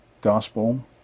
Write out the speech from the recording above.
gospel